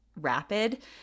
rapid